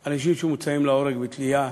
לה אנשים שמוצאים להורג בתלייה,